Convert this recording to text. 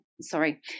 Sorry